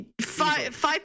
five